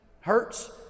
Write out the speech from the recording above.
hurts